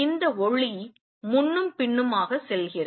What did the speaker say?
இந்த ஒளி முன்னும் பின்னுமாக செல்கிறது